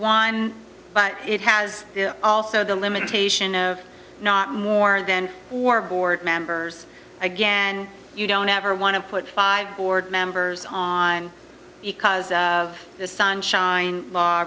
one but it has also the limitation of not more than four board members again you don't ever want to put five board members on because of the sunshine